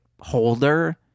holder